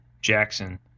Jackson